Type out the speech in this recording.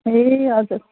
ए हजुर